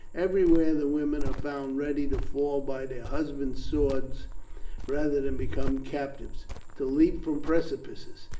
everywhere the women are found ready to fall by their husbands' swords rather than become captives to leap from precipices,